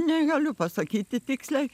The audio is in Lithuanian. negaliu pasakyti tiksliai